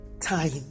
time